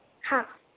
हां